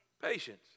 patience